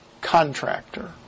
contractor